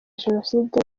jenoside